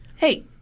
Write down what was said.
Hey